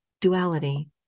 duality